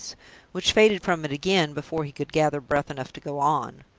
which faded from it again before he could gather breath enough to go on.